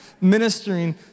ministering